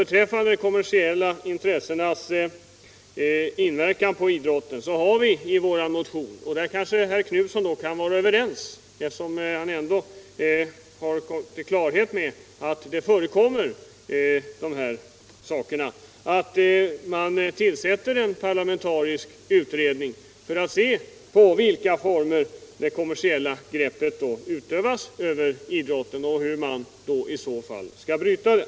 Beträffande kommersiella intressens inverkan på idrotten har vi i vår motion begärt — och där kanske herr Knutson kan vara överens med oss, eftersom han ändå har kommit till klarhet om att dessa saker förekommer — att man tillsätter en parlamentarisk utredning för att se under vilka former det kommersiella greppet över idrotten utövas och hur man skall kunna bryta det.